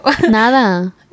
nada